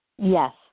Yes